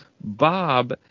Bob